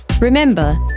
Remember